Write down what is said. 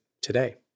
today